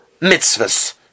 mitzvahs